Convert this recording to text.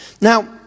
Now